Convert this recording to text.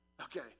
okay